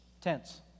tents